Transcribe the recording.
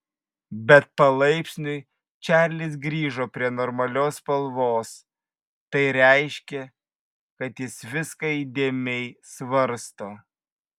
bet palaipsniui čarlis grįžo prie normalios spalvos tai reiškė kad jis viską įdėmiai svarsto